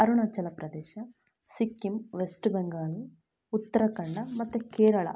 ಅರುಣಾಚಲ್ ಪ್ರದೇಶ್ ಸಿಕ್ಕಿಂ ವೆಸ್ಟ್ ಬೆಂಗಾಲ್ ಉತ್ತರಾಖಂಡ್ ಮತ್ತು ಕೇರಳ